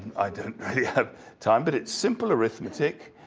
i don't really have time, but it's simple arithmetic.